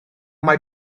mae